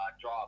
draw